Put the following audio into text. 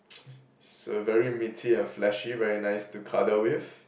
it's a very meaty and fleshy very nice to cuddle with